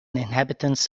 inhabitants